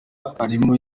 arimo